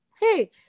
Hey